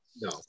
No